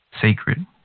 sacred